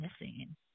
missing